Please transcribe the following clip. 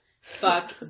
Fuck